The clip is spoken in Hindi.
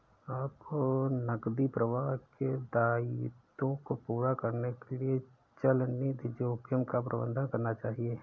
आपको नकदी प्रवाह के दायित्वों को पूरा करने के लिए चलनिधि जोखिम का प्रबंधन करना चाहिए